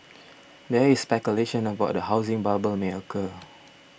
there is speculation about a housing bubble may occur